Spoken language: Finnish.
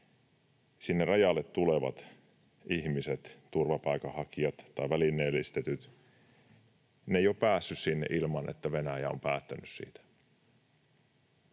sinne rajalle tulevat ihmiset, turvapaikanhakijat tai välineellistetyt, eivät ole päässeet sinne ilman, että Venäjä on päättänyt siitä.